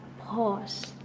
pause